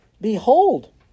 Behold